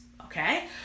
Okay